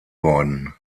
worden